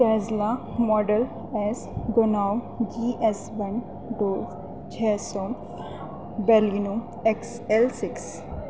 Tesla model S go now G S بن ڈوز چھ سو بیلیینو ایکس ایل سکس